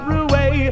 away